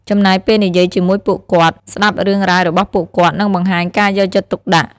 ចំណាយពេលនិយាយជាមួយពួកគាត់ ស្ដាប់រឿងរ៉ាវរបស់ពួកគាត់ និងបង្ហាញការយកចិត្តទុកដាក់។